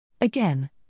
Again